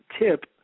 tip